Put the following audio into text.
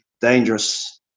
dangerous